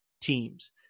teams